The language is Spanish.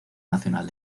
nacional